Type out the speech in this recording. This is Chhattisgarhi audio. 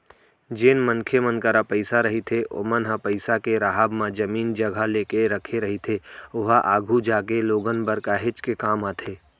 जेन मनखे मन करा पइसा रहिथे ओमन ह पइसा के राहब म जमीन जघा लेके रखे रहिथे ओहा आघु जागे लोगन बर काहेच के काम आथे